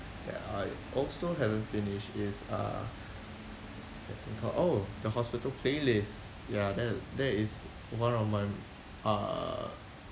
that I also haven't finish is uh what's that thing called oh the hospital playlist ya that that is one of my uh